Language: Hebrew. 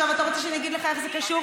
עכשיו אתה רוצה שאני אגיד לך איך זה קשור.